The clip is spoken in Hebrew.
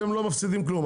אתם לא מפסידים כלום,